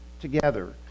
together